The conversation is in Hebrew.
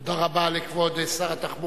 תודה רבה לכבוד שר התחבורה.